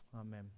Amen